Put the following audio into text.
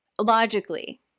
logically